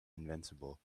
invincible